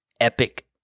epic